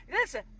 Listen